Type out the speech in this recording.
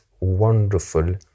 wonderful